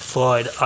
Floyd